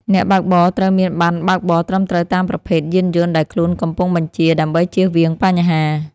អ្នកបើកបរត្រូវមានប័ណ្ណបើកបរត្រឹមត្រូវតាមប្រភេទយានយន្តដែលខ្លួនកំពុងបញ្ជា ដើម្បីចៀសវាងបញ្ហា។